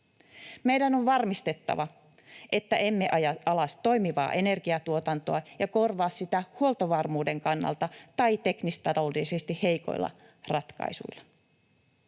Meidän on varmistettava, että emme aja alas toimivaa energiantuotantoa ja korvaa sitä huoltovarmuuden kannalta tai teknistaloudellisesti heikoilla ratkaisuilla.